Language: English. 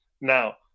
Now